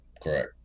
Correct